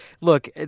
Look